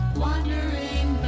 wandering